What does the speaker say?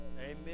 Amen